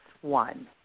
one